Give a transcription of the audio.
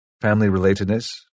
family-relatedness